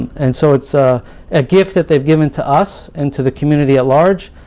and so, it's a ah gift that they've given to us, and to the community at large,